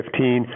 2015